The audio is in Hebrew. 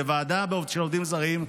בוועדה של עובדים זרים,